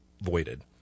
voided